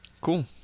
cool